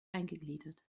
eingegliedert